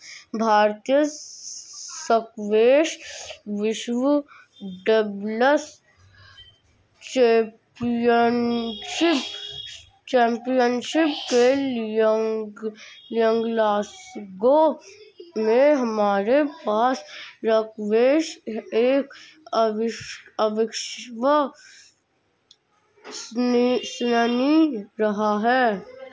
भारतीय स्क्वैश विश्व doubles championship के लिएग्लासगो में हमारे पास स्क्वैश एक अविश्वसनीय रहा है